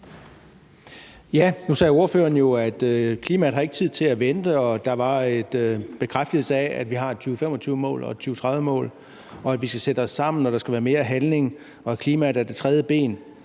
Ja, nu sagde ordføreren jo, at klimaet ikke har tid til at vente, og der var en bekræftelse af, at vi har et 2025-mål og et 2030-mål, og at vi skal sætte os sammen, og at der skal være mere handling, og at klimaet er det tredje ben.